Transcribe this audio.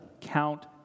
count